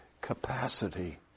Capacity